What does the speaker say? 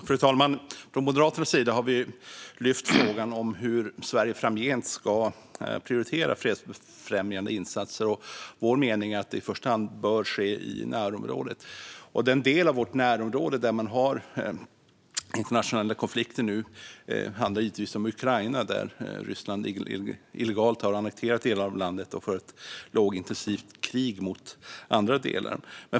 Fru talman! Från Moderaternas sida har vi tagit upp frågan om hur Sverige framgent ska prioritera fredsfrämjande insatser. Vår mening är att de i första hand bör ske i närområdet. En del i vårt närområde där man har internationella konflikter nu är naturligtvis Ukraina. Ryssland har illegalt annekterat delar av landet och för ett lågintensivt krig mot andra delar.